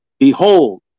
Behold